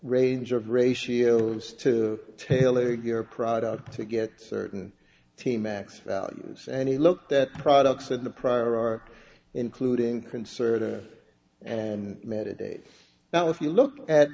range of ratios to tailor your product to get certain t max values and he looked at products in the prior art including conservator and meditate now if you look at